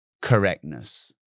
correctness